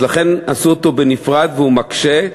לכן עשו אותו בנפרד, והוא מקשה.